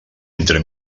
entre